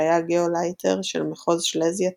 שהיה גאולייטר של מחוז שלזיה תחתית.